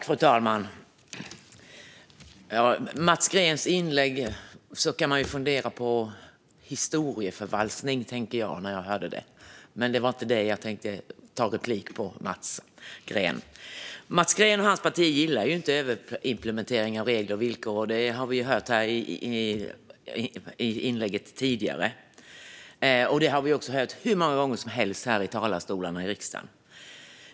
Fru talman! När jag lyssnade på Mats Greens inlägg tänkte jag att man kan fundera på historieförfalskning, men det var inte därför jag begärde replik. Mats Green och hans parti gillar inte överimplementering av regler och villkor, vilket vi hörde i det tidigare replikskiftet. Vi har också hört det hur många gånger som helst från talarstolarna här i riksdagen.